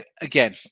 Again